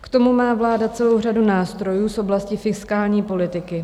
K tomu má vláda celou řadu nástrojů z oblasti fiskální politiky.